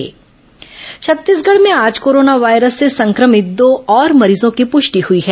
corona मरीज पुष्टि छत्तीसगढ़ में आज कोरोना वायरस से संक्रमित दो और मरीजों की पुष्टि हुई है